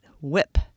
whip